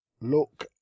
look